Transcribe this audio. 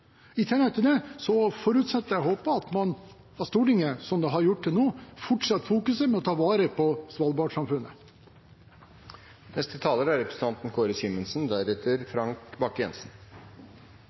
I tillegg til det forutsetter jeg og håper at Stortinget, som det har gjort til nå, fortsatt fokuserer på å ta vare på Svalbard-samfunnet. Jeg har lyst til å gi en tilbakemelding til representanten